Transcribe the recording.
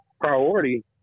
priority